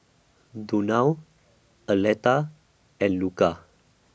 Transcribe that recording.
Donal Aleta and Luca